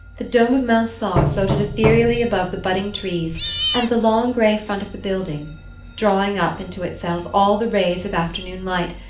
the dome of mansart floated ethereally above the budding trees and the long grey front of the building drawing up into itself all the rays of afternoon light,